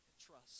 trust